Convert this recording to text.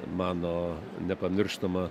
mano nepamirštama